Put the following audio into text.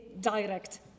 direct